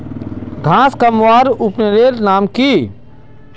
घांस कमवार उपकरनेर नाम की?